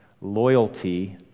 loyalty